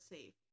Safe